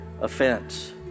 Offense